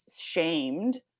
shamed